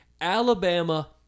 Alabama